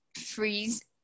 freeze